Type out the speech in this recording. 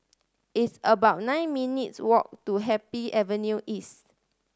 it's about nine minutes' walk to Happy Avenue East